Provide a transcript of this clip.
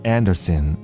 Anderson